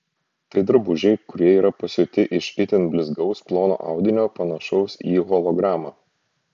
tai drabužiai kurie yra pasiūti iš itin blizgaus plono audinio panašaus į hologramą